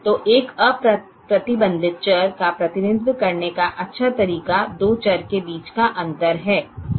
तो एक अप्रतिबंधित चर का प्रतिनिधित्व करने का एक अच्छा तरीका दो चर के बीच का अंतर है